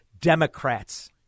Democrats